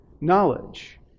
knowledge